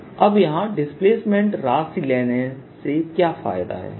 D0EP Dfree अब यहां displacement राशि लेने से क्या फायदा है